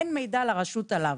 אין לרשות מידע עליו.